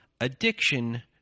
addiction